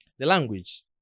language